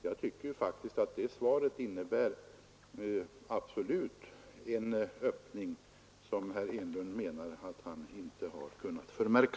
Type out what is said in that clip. Jag tycker faktiskt att det svaret absolut innebär en öppning, som herr Enlund menar att han inte har kunnat förmärka.